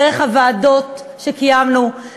דרך ישיבות הוועדות שקיימנו,